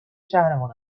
شهرمان